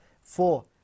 Four